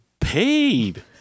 paid